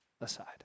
aside